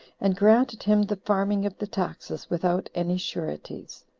and granted him the farming of the taxes without any sureties.